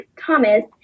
Thomas